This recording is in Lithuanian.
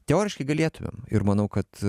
teoriškai galėtumėm ir manau kad